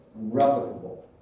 replicable